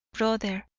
brother,